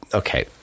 okay